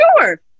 sure